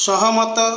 ସହମତ